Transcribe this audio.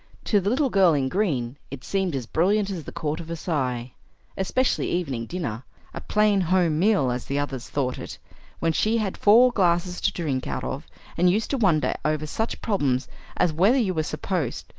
to the little girl in green it seemed as brilliant as the court of versailles especially evening dinner a plain home meal as the others thought it when she had four glasses to drink out of and used to wonder over such problems as whether you were supposed,